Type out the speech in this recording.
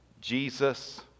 Jesus